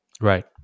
Right